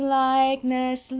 likeness